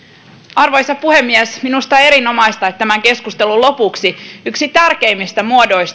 arvoisa puhemies minusta on erinomaista että tämän keskustelun lopuksi yksi tärkeimmistä